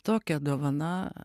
tokia dovana